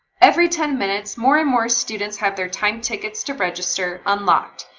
every ten minutes, more and more students have their time tickets to register unlocked.